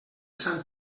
sant